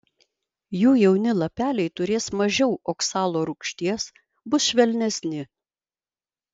jų jauni lapeliai turės mažiau oksalo rūgšties bus švelnesni